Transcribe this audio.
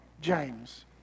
James